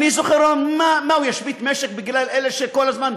אני זוכר: מה, הוא ישבית משק בגלל אלה שכל הזמן,